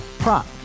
Prop